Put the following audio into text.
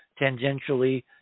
tangentially